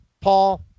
Paul